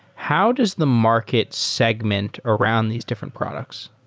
how does the market segment around these different products?